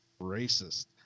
Racist